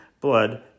blood